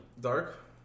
Dark